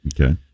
okay